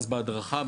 אז בהדרכה,